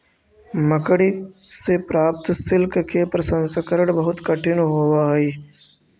मकड़ि से प्राप्त सिल्क के प्रसंस्करण बहुत कठिन होवऽ हई